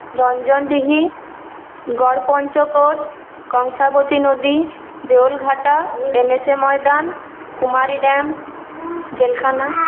রঞ্জনডিহি গড়পঞ্চকোট কংসাবতী নদী Deulghata M S A ময়দান Kumari dam জেলখানা